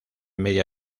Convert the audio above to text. media